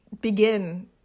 begin